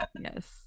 yes